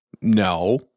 no